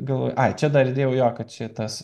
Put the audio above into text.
galvoju ai čia dar įdėjau jo kad čia tas